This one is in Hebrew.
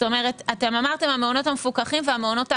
אמרתם המעונות המפוקחים והמעונות האחרים.